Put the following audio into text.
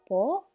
Po